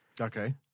Okay